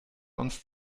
uns